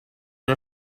her